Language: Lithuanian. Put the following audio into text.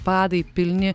padai pilni